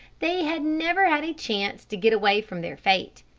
they had never had a chance to get away from their fate,